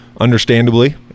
understandably